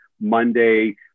Monday